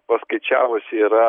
paskaičiavusi yra